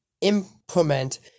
implement